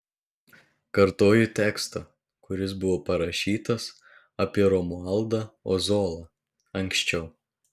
kartoju tekstą kuris buvo parašytas apie romualdą ozolą anksčiau